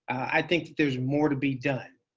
i think that there's more to be done.